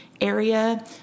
area